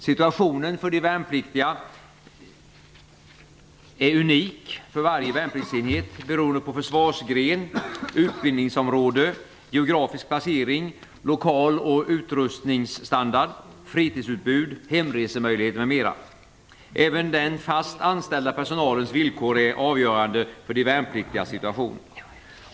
Situationen för de värnpliktiga är unik för varje värnpliktsenhet beroende på försvarsgren, utbildningsområde, geografisk placering, lokal och utrustningsstandard, fritidsutbud, hemresemöjligheter m.m. Även den fast anställda personalens villkor är avgörande för de värnpliktigas situation.